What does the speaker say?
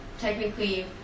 technically